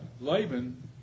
Laban